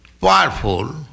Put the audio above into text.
powerful